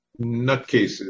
nutcases